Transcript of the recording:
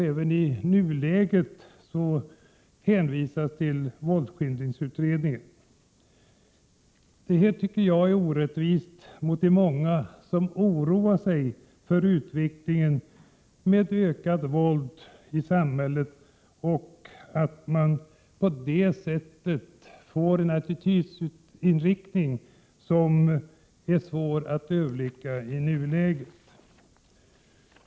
Även i nuläget hänvisas till våldsskildringsutredningen. Jag tycker att detta är orätt mot de många som oroar sig över utvecklingen mot ett ökat våld i samhället. Konsekvenserna av frånvaron av attitydpåverkande åtgärder är svåra att överblicka i nuläget.